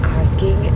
asking